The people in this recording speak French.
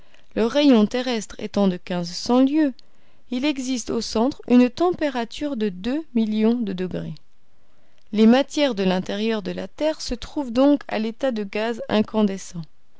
le rayon terrestre étant de quinze cents lieues il existe au centre une température de deux millions de degrés les matières de l'intérieur de la terre se trouvent donc à l'état de gaz incandescent